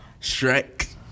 Shrek